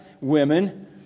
women